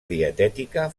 dietètica